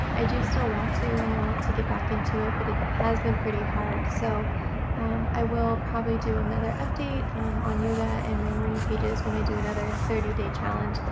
i do still want to and i want to get back into it but it has been pretty hard so um i will probably do another update on yoga and my morning pages when i do another thirty day challenge.